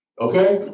Okay